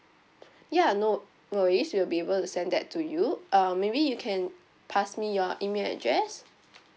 ya no worries we'll be able to send that to you um maybe you can pass me your email address